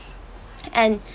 and